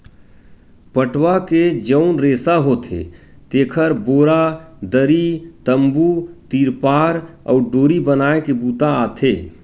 पटवा के जउन रेसा होथे तेखर बोरा, दरी, तम्बू, तिरपार अउ डोरी बनाए के बूता आथे